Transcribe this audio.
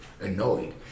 annoyed